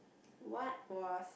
what was